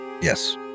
Yes